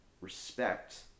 respect